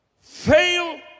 fail